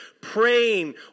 praying